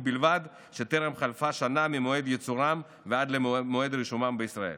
ובלבד שטרם חלפה שנה ממועד ייצורם ועד מועד רישומם בישראל.